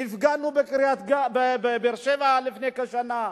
הפגנו בבאר-שבע לפני כשנה,